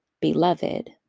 beloved